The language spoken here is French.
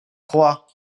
trois